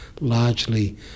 largely